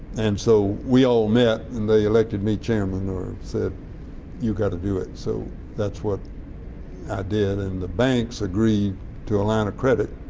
and so we all met and they elected me chairman or said you got to do it. so that's what i did and the banks agreed to a line of credit,